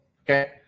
okay